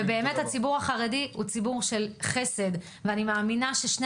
ובאמת הציבור החרדי הוא ציבור של חסד ואני מאמינה ששני